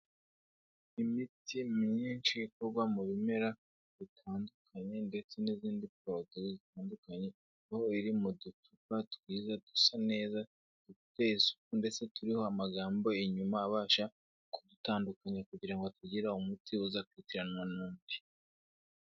Imiti myinshi ikorwa mu bimera bitandukanye ndetse n'izindi poruduwi zitandukanye, aho biri mu ducupa twiza, dusa neza, dufite isuku ndetse turiho amagambo inyuma abasha kudutandukanya kugira ngo hatagira umuti uza kwitiranwa n'undi.